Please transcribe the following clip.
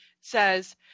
says